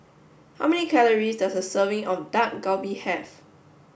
how many calories does a serving of Dak Galbi have